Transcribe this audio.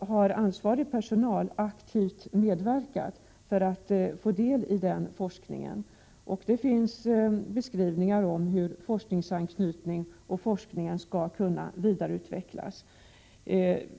har ansvarig personal aktivt medverkat för att få del i den forskningen. Det finns beskrivningar av hur forskningsanknytningen skall kunna vidareutvecklas.